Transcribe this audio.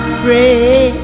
pray